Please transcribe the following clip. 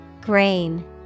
Grain